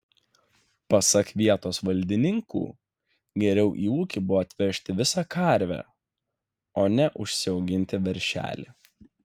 pasak vietos valdininkų geriau į ūkį buvo atvežti visą karvę o ne užsiauginti veršelį